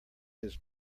his